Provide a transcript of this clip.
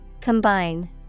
combine